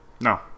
No